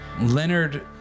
Leonard